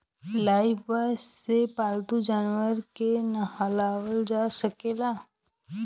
Lifebuoy से पाल्तू जानवर के नेहावल जा सकेला